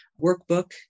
Workbook